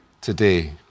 today